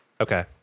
Okay